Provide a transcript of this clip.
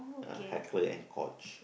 ah Heckler-and-Koch